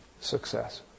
success